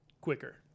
quicker